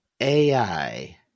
AI